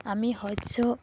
আমি শস্য